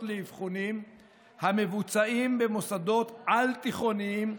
לאבחונים המבוצעים במוסדות על-תיכוניים,